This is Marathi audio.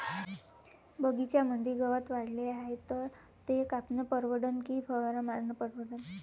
बगीच्यामंदी गवत वाढले हाये तर ते कापनं परवडन की फवारा मारनं परवडन?